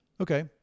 Okay